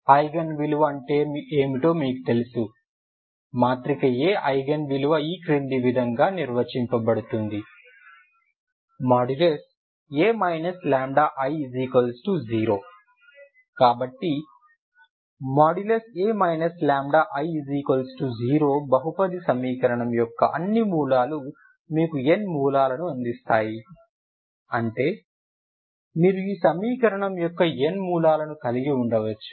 eigen విలువ అంటే ఏమిటో మీకు తెలుసు మాత్రిక A కి ఐగెన్ విలువ ఈ క్రింది విధంగా నిర్వచింపబడుతుంది a λI0 కాబట్టి ఈ a λI0 బహుపది సమీకరణం యొక్క అన్ని మూలాలు మీకు n మూలాలను అందిస్తాయి అంటే మీరు ఈ సమీకరణం యొక్క n మూలాలను కలిగి ఉండవచ్చు